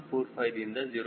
45ದಿಂದ 0